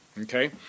Okay